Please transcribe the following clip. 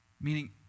meaning